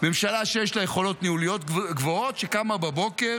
ממשלה שיש לה יכולות ניהוליות גבוהות, שקמה בבוקר